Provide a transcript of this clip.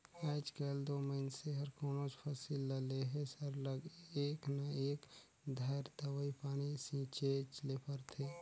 आएज काएल दो मइनसे हर कोनोच फसिल ल लेहे सरलग एक न एक धाएर दवई पानी छींचेच ले परथे